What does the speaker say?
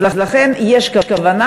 לכן יש כוונה,